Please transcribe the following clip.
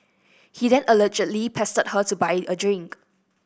he then allegedly pestered her to buy a drink